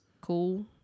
cool